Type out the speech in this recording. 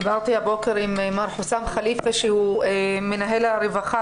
דיברתי הבוקר עם מר חוסאם חליפה מנהל הרווחה